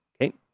Okay